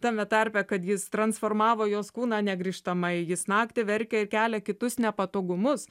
tame tarpe kad jis transformavo jos kūną negrįžtamai jis naktį verkia ir kelia kitus nepatogumus